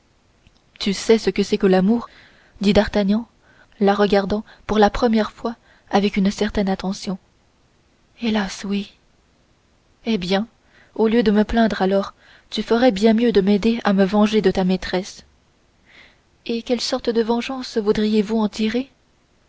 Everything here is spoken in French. tu sais ce que c'est que l'amour dit d'artagnan la regardant pour la première fois avec une certaine attention hélas oui eh bien au lieu de me plaindre alors tu ferais bien mieux de m'aider à me venger de ta maîtresse et quelle sorte de vengeance voudriez-vous en tirer